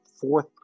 fourth